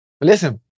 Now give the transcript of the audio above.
Listen